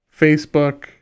Facebook